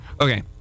Okay